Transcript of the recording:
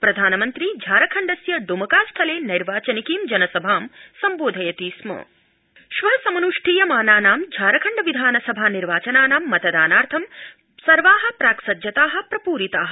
असौ झारखण्डस्य ड्मका स्थले नैवाचनिकीं जनसभां सम्बोधयति स्मा झारखण्डम् श्व समन्ष्ठीयमानानां झारखण्ड विधानसभा निर्वाचनानां मतदानार्थं सर्वा प्राक् सज्जता प्रपूरिता